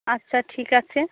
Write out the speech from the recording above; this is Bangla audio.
আচ্ছা ঠিক আছে